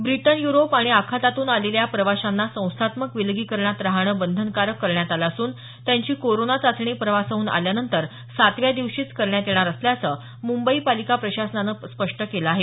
Britain Europe आणि आखातातून आलेल्या प्रवाशांना संस्थात्मक विलगीकरणात राहणं बंधनकारक करण्यात आलं असून त्यांची कोरोना चाचणी प्रवासाहून आल्यानंतर सातव्या दिवशीच करण्यात येणार असल्याचं मुंबई पालिका प्रशासनानं स्पष्ट केलं आहे